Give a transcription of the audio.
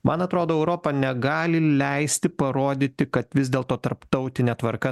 man atrodo europa negali leisti parodyti kad vis dėlto tarptautinė tvarka